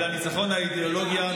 אלא ניצחון על האידיאולוגיה.